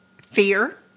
fear